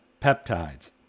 peptides